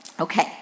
okay